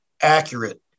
accurate